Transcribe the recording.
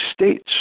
states